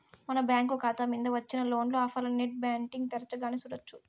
మన బ్యాంకు కాతా మింద వచ్చిన లోను ఆఫర్లనీ నెట్ బ్యాంటింగ్ తెరచగానే సూడొచ్చు